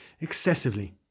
excessively